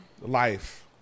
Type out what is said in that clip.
life